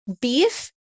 beef